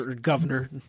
Governor